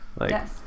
Yes